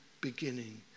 beginning